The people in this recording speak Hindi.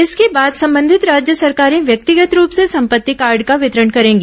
इसके बाद संबंधित राज्य सरकारें व्यक्तिगत रूप से संपत्ति कार्ड का वितरण करेगी